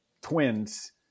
twins